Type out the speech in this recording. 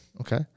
Okay